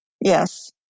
Yes